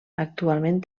actualment